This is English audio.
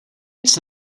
its